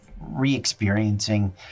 re-experiencing